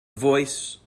voice